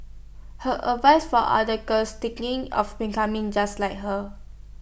her advice for other girls of becoming just like her